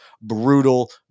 brutal